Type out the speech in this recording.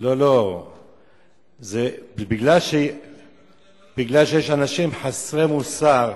זה מפני שאין דירות, מפני שיש אנשים חסרי מוסר,